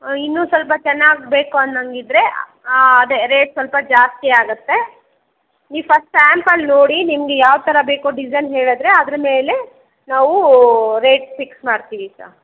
ಇನ್ನೂ ಸ್ವಲ್ಪ ಚೆನ್ನಾಗಿ ಬೇಕು ಅನ್ನಂಗಿದ್ರೆ ಅದೇ ರೇಟ್ ಸ್ವಲ್ಪ ಜಾಸ್ತಿಯಾಗುತ್ತೆ ನೀವು ಫಸ್ಟ್ ಸ್ಯಾಂಪಲ್ ನೋಡಿ ನಿಮಗೆ ಯಾವ ಥರ ಬೇಕು ಡಿಸೈನ್ ಹೇಳಿದ್ರೆ ಅದ್ರ ಮೇಲೆ ನಾವು ರೇಟ್ ಫಿಕ್ಸ್ ಮಾಡ್ತೀವಿ ಸ